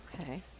Okay